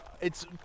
It's-